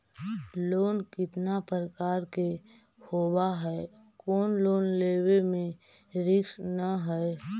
Loan कितना प्रकार के होबा है कोन लोन लेब में रिस्क न है?